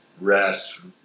rest